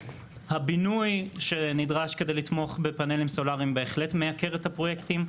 הבינוי שנדרש כדי לתמוך בפאנלים סולריים בהחלט מייקר את הפרויקטים,